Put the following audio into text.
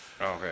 okay